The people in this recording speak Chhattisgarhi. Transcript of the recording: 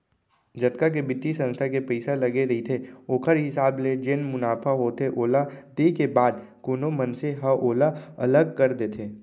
जतका के बित्तीय संस्था के पइसा लगे रहिथे ओखर हिसाब ले जेन मुनाफा होथे ओला देय के बाद कोनो मनसे ह ओला अलग कर देथे